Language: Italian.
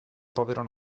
povero